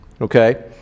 okay